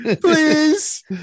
Please